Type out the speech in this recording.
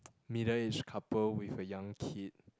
middle aged couple with a young kid